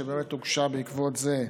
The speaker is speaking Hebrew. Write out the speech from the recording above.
שבאמת הוגשה בעקבות זה,